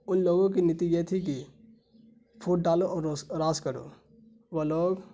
ان لوگوں کی نیتی یہ تھی کہ پھوٹ ڈالو اور راج کرو وہ لوگ